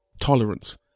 tolerance